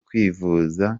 kwivuza